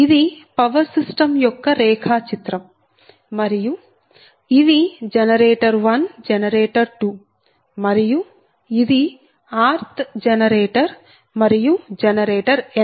ఇది power system యొక్క రేఖాచిత్రం మరియు ఇవి జనరేటర్ 1 జనరేటర్ 2 మరియు ఇది rth జనరేటర్ మరియు జనరేటర్ n